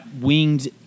winged